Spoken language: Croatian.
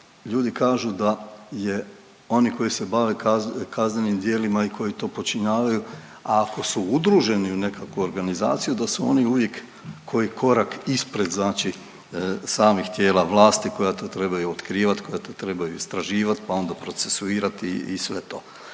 ljudi kažu da je oni koj se bave kaznenim djelima i koji to počinjavaju ako su udruženi u nekakvu organizaciju da su oni uvijek koji korak ispred samih tijela vlasti koja to trebaju otkrivat, koja to trebaju istraživat, pa onda procesuirati i sve to.